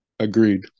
Agreed